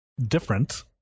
different